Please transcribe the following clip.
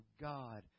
God